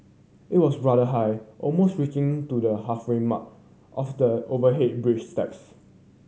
it was rather high almost reaching to the halfway mark of the overhead bridge steps